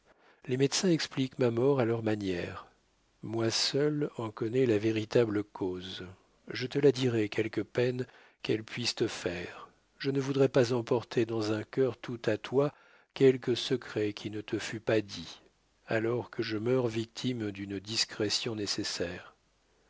les médecins expliquent ma mort à leur manière moi seule en connais la véritable cause je te la dirai quelque peine qu'elle puisse te faire je ne voudrais pas emporter dans un cœur tout à toi quelque secret qui ne te fût pas dit alors que je meurs victime d'une discrétion nécessaire